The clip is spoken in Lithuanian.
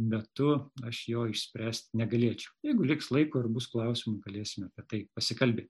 metu aš jo išspręst negalėčiau jeigu liks laiko ir bus klausimų galėsime apie tai pasikalbėt